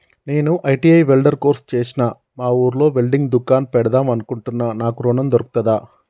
నేను ITI welder course చేశ్న మా ఊర్లో వెల్డింగ్ దుకాన్ పెడదాం అనుకుంటున్నా నాకు ఋణం దొర్కుతదా?